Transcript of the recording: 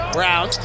Brown